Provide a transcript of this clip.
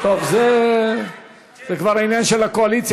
מכל המדינות,